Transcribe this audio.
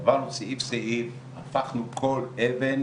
עברנו סעיף סעיף, הפכנו כל אבן,